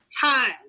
time